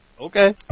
Okay